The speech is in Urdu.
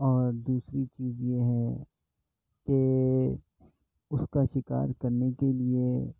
اور دوسری چیز یہ ہے کہ اس کا شکار کرنے کے لیے